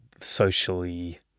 socially